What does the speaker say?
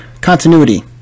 Continuity